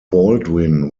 baldwin